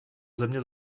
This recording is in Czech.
země